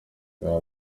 bwa